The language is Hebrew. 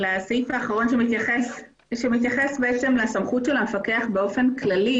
שמתייחס לסמכות המפקח באופן כללי.